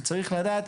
כי צריך לדעת,